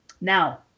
Now